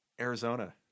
Arizona